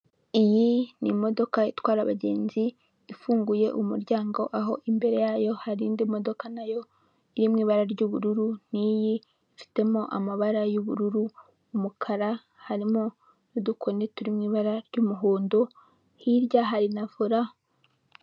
Iyi ni imodoka itwara abagenzi ifunguye umuryango, aho imbere yayo hari indi modoka nayo iriri mu ibara ry'ubururu n'iyi ifitemo amabara y'ubururu umukara, harimo n'udukoni turi mu ibara ry'umuhondo hirya hari na vora.